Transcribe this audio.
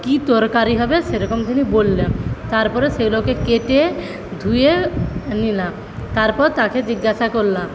কি তরকারি হবে সেরকম তিনি বললেন তারপরে সেগুলোকে কেটে ধুয়ে নিলাম তারপর তাকে জিজ্ঞাসা করলাম